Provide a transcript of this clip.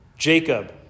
Jacob